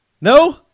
No